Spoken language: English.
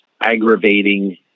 aggravating